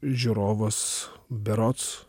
žiūrovas berods